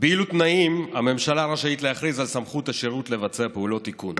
באילו תנאים הממשלה רשאית להכריז על סמכות השירות לבצע פעולות תיקון,